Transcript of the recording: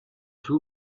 two